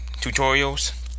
tutorials